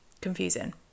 confusing